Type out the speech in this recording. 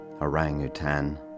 orangutan